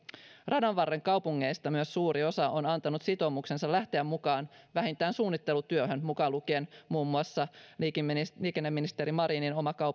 radanvarren kaupungeista myös suuri osa on antanut sitoumuksensa lähteä mukaan vähintään suunnittelutyöhön mukaan lukien muun muassa liikenneministeri liikenneministeri marinin oma